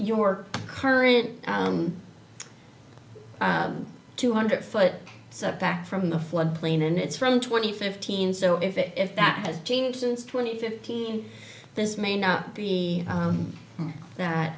your current two hundred foot setback from the floodplain and it's from twenty fifteen so if that has changed since twenty fifteen this may not be that